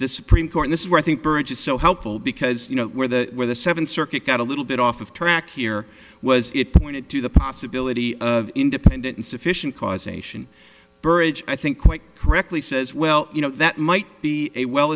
this supreme court this is where i think courage is so helpful because you know where the where the seventh circuit got a little bit off of track here was it pointed to the possibility of independent insufficient causation burrage i think quite correctly says well you know that might be a well